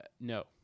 no